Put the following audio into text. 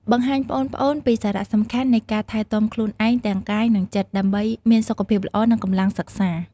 បង្ហាញប្អូនៗពីសារៈសំខាន់នៃការ ថែទាំខ្លួនឯង ទាំងកាយ និងចិត្ត ដើម្បីមានសុខភាពល្អ និងកម្លាំងសិក្សា ។